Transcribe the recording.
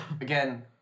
again